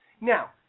Now